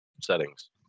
settings